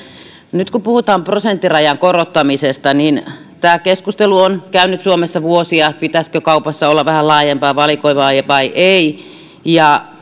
nyt kun puhutaan prosenttirajan korottamisesta niin suomessa on käyty vuosia tätä keskustelua pitäisikö kaupassa olla vähän laajempaa valikoimaa vai ei